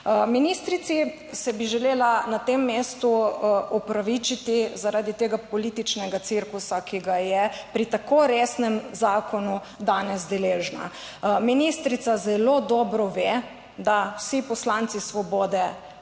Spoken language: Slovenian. Ministrici se bi želela na tem mestu opravičiti zaradi tega političnega cirkusa, ki ga je pri tako resnem zakonu danes deležna. Ministrica zelo dobro ve, da vsi poslanci Svobode